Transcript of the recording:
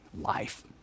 life